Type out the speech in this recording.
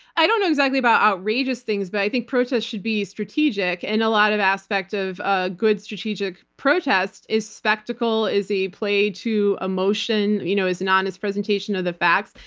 i don't know exactly about outrageous things, but i think protests should be strategic. and a lot of aspects of a good strategic protest is spectacle, is a play to emotion, you know is an honest presentation of the facts.